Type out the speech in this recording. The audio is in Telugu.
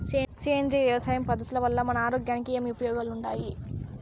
సేంద్రియ వ్యవసాయం పద్ధతుల వల్ల మన ఆరోగ్యానికి ఏమి ఉపయోగాలు వుండాయి?